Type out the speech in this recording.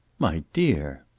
my dear!